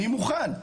אני מוכן'.